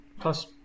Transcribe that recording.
Plus